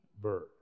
bird